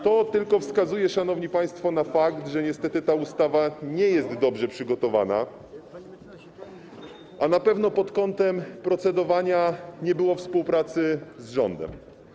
To tylko wskazuje, szanowni państwo, na fakt, że niestety ta ustawa nie jest dobrze przygotowana, a na pewno pod kątem procedowania nie było współpracy z rządem.